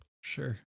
Sure